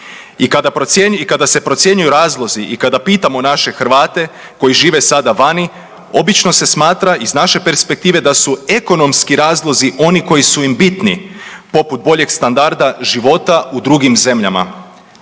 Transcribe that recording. I kada se procjenjuju razlozi, i kada pitamo naše Hrvate koji žive sada vani, obično se smatra iz naše perspektive da su ekonomski razlozi oni koji su im bitni poput boljeg standarda života u drugim zemljama.